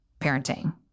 parenting